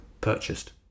purchased